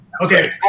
Okay